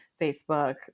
Facebook